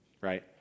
Right